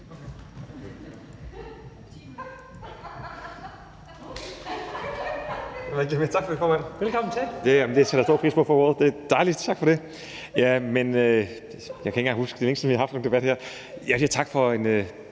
Tak for det.